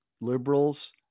liberals